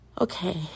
Okay